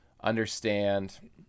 understand